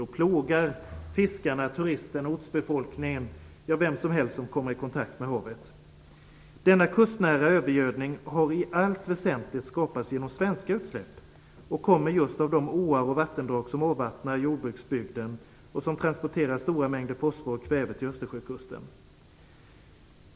De plågar fiskarna, turisterna, ortsbefolkningen och vem som helst som kommer i kontakt med havet. Denna kustnära övergödning har i allt väsentligt skapats genom svenska utsläpp och kommer just av de åar och vattendrag som avvattnar jordbruksbygden och som transporterar stora mängder fosfor och kväve till Östersjökusten.